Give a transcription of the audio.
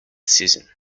season